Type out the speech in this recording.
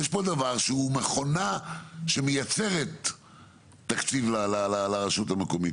יש פה דבר שהוא מכונה שמייצרת תקציב לרשות המקומית.